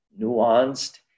nuanced